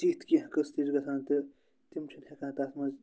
تِتھۍ کینٛہہ قٕصہٕ تہِ چھِ گَژھان تہٕ تِم چھِنہٕ ہیٚکان تَتھ منٛز